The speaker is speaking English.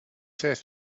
says